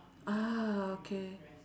ah okay